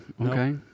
okay